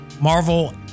Marvel